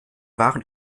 waren